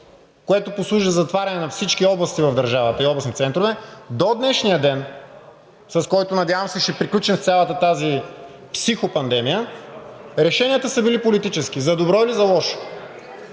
което послужи за затварянето на всички области в държавата и областни центрове, до днешния ден, с който, надявам се, ще приключим с цялата тази психопандемия, решенията са били политически – за добро или за лошо.